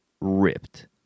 ripped